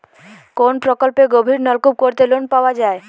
কোন প্রকল্পে গভির নলকুপ করতে লোন পাওয়া য়ায়?